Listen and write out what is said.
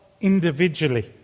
individually